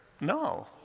No